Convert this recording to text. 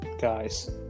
guys